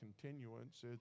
continuance